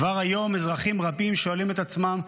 כבר היום אזרחים רבים שואלים את עצמם: